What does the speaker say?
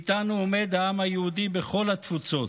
איתנו עומד העם היהודי בכל התפוצות.